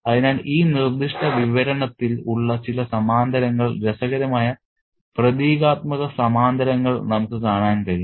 അതിനാൽ ഈ നിർദ്ദിഷ്ട വിവരണത്തിൽ ഉള്ള ചില സമാന്തരങ്ങൾ രസകരമായ പ്രതീകാത്മക സമാന്തരങ്ങൾ നമുക്ക് കാണാൻ കഴിയും